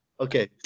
Okay